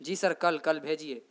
جی sir کل کل بھیجیے